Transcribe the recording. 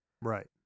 Right